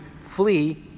flee